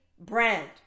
brand